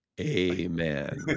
amen